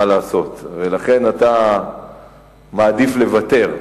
מה לעשות, ולכן אתה מעדיף לוותר.